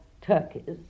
turkeys